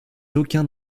aucun